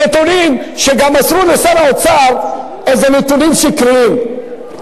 נתונים, שגם מסרו לשר האוצר איזה נתונים שקריים.